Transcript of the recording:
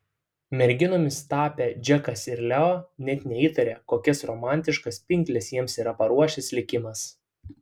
merginomis tapę džekas ir leo net neįtaria kokias romantiškas pinkles jiems yra paruošęs likimas